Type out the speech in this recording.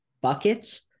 buckets